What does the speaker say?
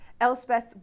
Elspeth